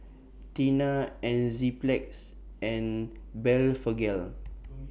Tena Enzyplex and Blephagel